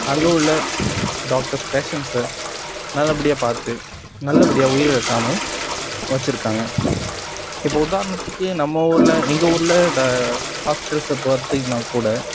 அங்கே உள்ள doctor patients நல்லபடியா பார்த்து நல்லபடியா உயிரிழக்காமலும் வச்சுருக்காங்க இப்போ உதாரணத்துக்கு நம்ம ஊரில் எங்கள் ஊரில் ஹாஸ்பெட்டல்ஸ்ஸை பார்த்திங்னா கூட